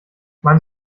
man